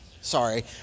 Sorry